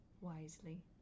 wisely